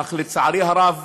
אך לצערי הרב